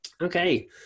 okay